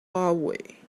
hallway